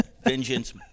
Vengeance